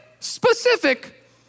specific